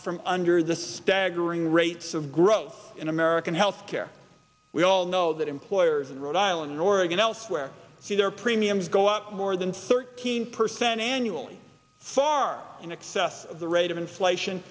from under the staggering rates of growth in american health care we all know that employers in rhode island in oregon elsewhere see their premiums go up more than thirteen percent annually far in excess of the rate of inflation